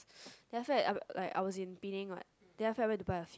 then after that like I was in Penang what then after that I went to buy a few